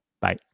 Bye